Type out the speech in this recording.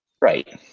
Right